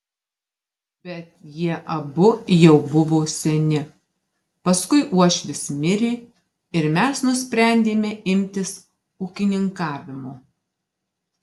bet jie abu jau buvo seni paskui uošvis mirė ir mes nusprendėme imtis ūkininkavimo